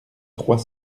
trois